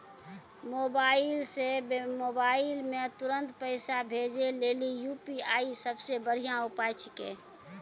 mobile से mobile मे तुरन्त पैसा भेजे लेली यू.पी.आई सबसे बढ़िया उपाय छिकै